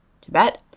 Tibet